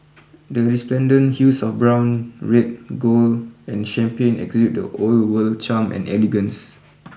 the resplendent hues of brown red gold and champagne exude the old world charm and elegance